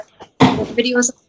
videos